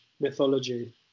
mythology